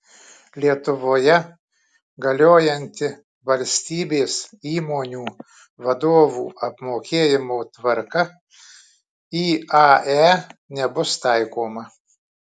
lietuvoje galiojanti valstybės įmonių vadovų apmokėjimo tvarka iae nebus taikoma